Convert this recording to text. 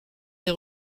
les